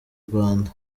rwanda